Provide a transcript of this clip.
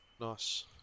Nice